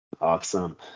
Awesome